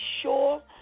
sure